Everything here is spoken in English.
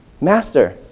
Master